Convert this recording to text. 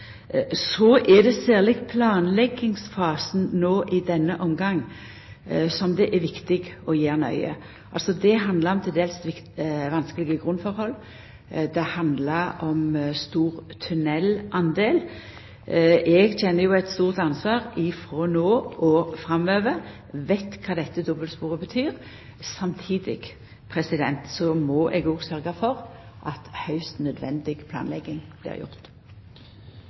Så er det særleg planleggingsfasen som det no i denne omgang er viktig å gjera nøye. Det handlar om til dels vanskelege grunnforhold, og det handlar om stor tunellandel. Eg kjenner eit stort ansvar frå no av og framover. Eg veit kva dette dobbeltsporet betyr. Samtidig må eg òg sørgja for at høgst nødvendig planlegging blir